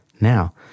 now